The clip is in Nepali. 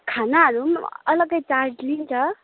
खानाहरू अलग्गै सबै चार्ज लिन्छ